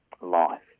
life